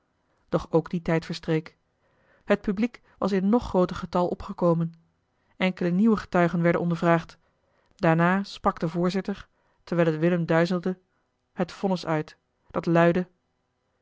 doch ook die tijd verstreek het publiek was in nog grooter getal opgekomen enkele nieuwe getuigen werden ondervraagd daarna sprak de voorzitter terwijl het willem duizelde het vonnis uit dat luidde